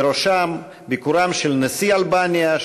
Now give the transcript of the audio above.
ובראשם ביקורם של נשיא אלבניה,